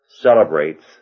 celebrates